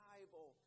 Bible